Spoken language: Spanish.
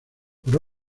por